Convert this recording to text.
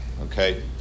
Okay